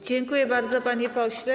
Dziękuję bardzo, panie pośle.